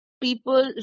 people